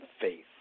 faith